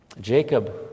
Jacob